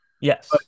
Yes